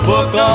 Book